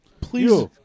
Please